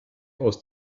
aus